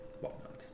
whatnot